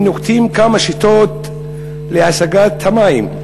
הם נוקטים כמה שיטות להשגת המים.